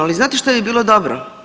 Ali znate što bi bilo dobro?